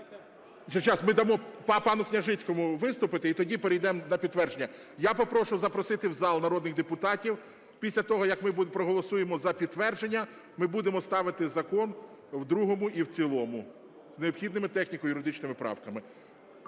ми дамо пану Княжицькому виступити і тоді перейдемо на підтвердження. Я попрошу запросити в зал народних депутатів. Після того, як ми проголосуємо за підтвердження, ми будемо ставити закон в другому і в цілому з необхідними техніко-юридичними правками.